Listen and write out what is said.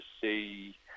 see